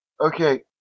Okay